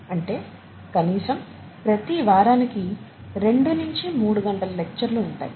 అంటే కనీసం ప్రతి వారానికి రెండు నించి మూడు గంటల లెక్చర్లు ఉంటాయి